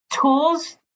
tools